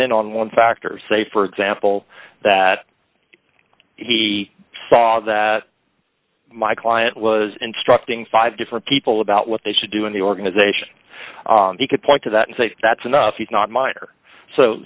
in on one factors say for example that he saw that my client was instructing five different people about what they should do in the organization he could point to that and say that's enough he's not minor so